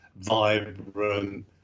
vibrant